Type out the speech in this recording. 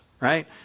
Right